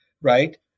right